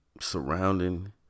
surrounding